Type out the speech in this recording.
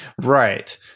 Right